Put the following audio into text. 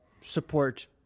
support